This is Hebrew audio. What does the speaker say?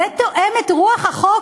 זה תואם את רוח החוק?